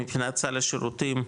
מבחינת סל השירותים,